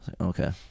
okay